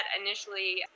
initially